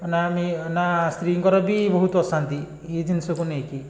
ନା ମି ନା ସ୍ତ୍ରୀଙ୍କର ବି ବହୁତ ଅସାନ୍ତି ଇଏ ଜିନଷକୁ ନେଇକି